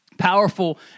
powerful